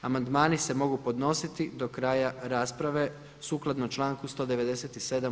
Amandmani se mogu podnositi do kraja rasprave sukladno članku 197.